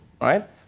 right